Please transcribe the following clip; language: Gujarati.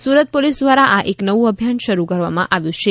સુરત પોલીસ દ્વારા એક નવું અભિયાન શરૂ કરવામાં આવ્યું છે